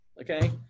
okay